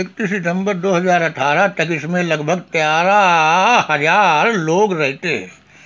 इकतीस दिसम्बर दो हज़ार अठारह तक इसमें लगभग तेरह हज़ार लोग रेहते हैं